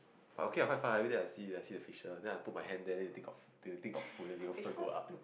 but okay ah quite fun ah every day I see I see the fishes then I put my hand there then they think of they think of food then they also go up